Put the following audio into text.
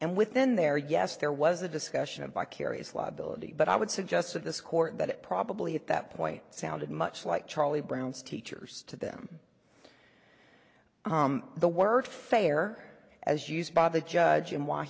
and within their yes there was a discussion of vicarious liability but i would suggest at this court that it probably at that point sounded much like charlie brown's teachers to them the word fair as used by the judge in w